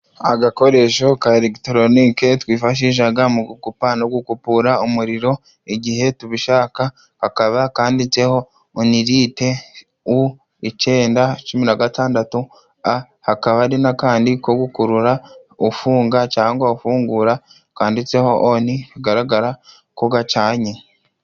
Agakoresho ka elegitoronike twifashisha mu gukupura umuriro igihe tubishaka. Kakaba kanditseho onilite u icyenda cumi na gatandatu. Hakaba hari n'akandi ko gukurura ufunga cyangwa ufungura, kanditseho oni bigaragara ko gacanye.